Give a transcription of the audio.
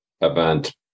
event